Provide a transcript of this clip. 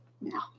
No